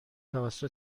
دوست